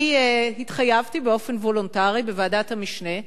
אני התחייבתי באופן וולונטרי בוועדת המשנה,